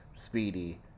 Speedy